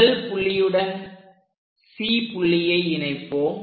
முதல் புள்ளியுடன் C புள்ளியை இணைப்போம்